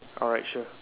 alright sure